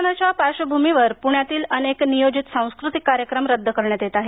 कोरोनाच्या पार्श्वभूमीवर पुण्यातील अनेक नियोजित सांस्कृतिक कार्यक्रम रद्द करण्यात येत आहेत